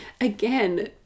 again